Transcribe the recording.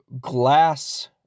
glass